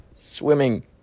Swimming